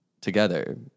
together